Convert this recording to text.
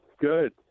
good